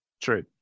True